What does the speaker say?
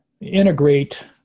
integrate